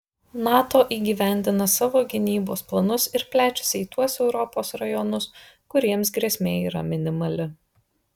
nato įgyvendina savo gynybos planus ir plečiasi į tuos europos rajonus kuriems grėsmė yra minimali